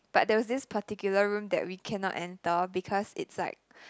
but there was this particular room that we cannot enter because it's like